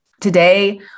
Today